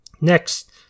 Next